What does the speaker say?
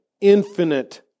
infinite